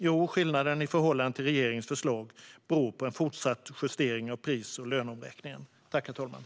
Jo, skillnaden i förhållande till regeringens förslag beror på en fortsatt justering av pris och löneomräkningen.